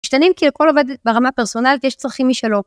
משתנים כי לכל עובד ברמה פרסונלית יש צרכים משלו.